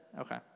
Okay